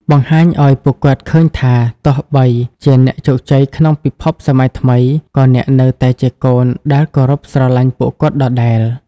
បង្ហាញឱ្យពួកគាត់ឃើញថា ទោះបីជាអ្នកជោគជ័យក្នុងពិភពសម័យថ្មី ក៏អ្នកនៅតែជាកូនដែលគោរពស្រឡាញ់ពួកគាត់ដដែល។